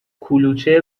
کلوچه